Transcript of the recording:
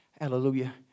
Hallelujah